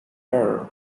error